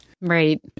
Right